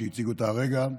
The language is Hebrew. שהציג אותה הרגע,